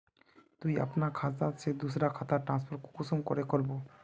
तुई अपना खाता से दूसरा खातात ट्रांसफर कुंसम करे करबो?